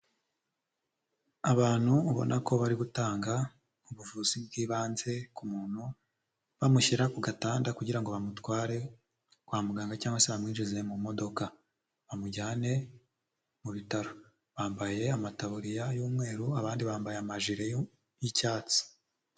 Abantu ubona ko bari gutanga ubuvuzi bw'ibanze ku muntu bamushyira ku gatanda kugira ngo bamutware kwa muganga cyangwa se bamwinjize mu modoka bamujyane mu bitaro, bambaye amataburiya y'umweru, abandi bambaye amajire y'icyatsi.